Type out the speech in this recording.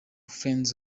friends